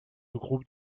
groupe